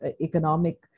economic